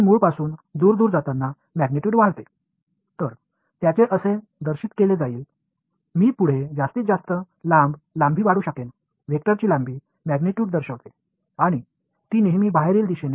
அவைகள் இப்படித்தான் குறிப்பிடப்படும் நான் மேலும் வெளிப்பக்கமாக செல்லும்போது நான் நீண்ட நீளத்தை வரைய முடியும் இந்த வெக்டர் இன் நீளம் அளவுவை குறிக்கின்றது மற்றும் அது எப்போதும் ரேடிகலி வெளிப்புறமாக இருக்கும்